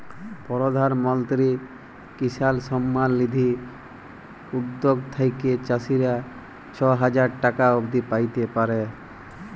পরধাল মলত্রি কিসাল সম্মাল লিধি উদ্যগ থ্যাইকে চাষীরা ছ হাজার টাকা অব্দি প্যাইতে পারে